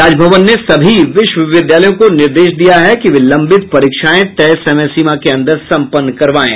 राजभवन ने सभी विश्वविद्यालयों को निर्देश दिया है कि वे लंबित परीक्षाएं तय समय सीमा के अंदर संपन्न करवायें